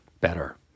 better